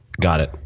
got it.